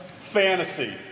fantasy